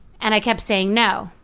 and i kept saying no,